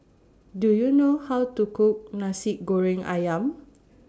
Do YOU know How to Cook Nasi Goreng Ayam